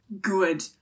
good